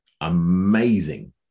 amazing